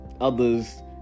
others